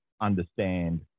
understand